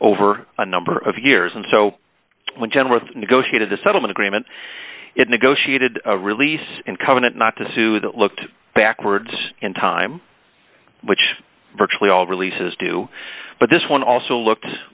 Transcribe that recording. over a number of years and so when general negotiated the settlement agreement it negotiated a release and covenant not to sue that looked backwards in time which virtually all releases do but this one also look